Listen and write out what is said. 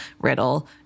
riddle